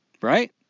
Right